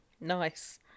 Nice